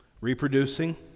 Reproducing